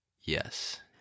Yes